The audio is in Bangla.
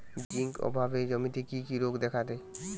জিঙ্ক অভাবে জমিতে কি কি রোগ দেখাদেয়?